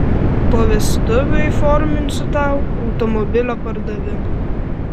po vestuvių įforminsiu tau automobilio pardavimą